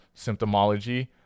symptomology